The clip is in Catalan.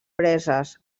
preses